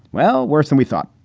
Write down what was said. well, worse than we thought.